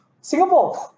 Singapore